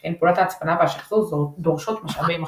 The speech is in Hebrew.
שכן פעולות ההצפנה והשחזור דורשות משאבי מחשב.